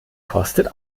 kostet